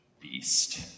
beast